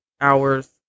hours